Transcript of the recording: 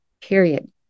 period